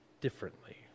differently